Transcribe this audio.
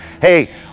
hey